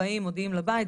באים לבית,